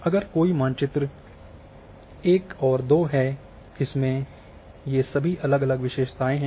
अगर कोई मानचित्र 1 और 2 है इनमें ये सभी अलग अलग विशेषताएँ हैं